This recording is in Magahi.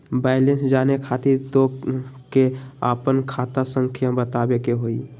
बैलेंस जाने खातिर तोह के आपन खाता संख्या बतावे के होइ?